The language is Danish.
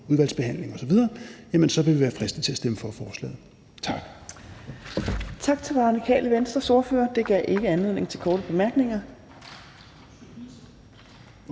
udvalgsbehandlingen osv., jamen så vil vi være fristet til at stemme for forslaget.